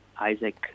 Isaac